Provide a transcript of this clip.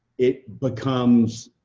it becomes,